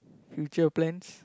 future plans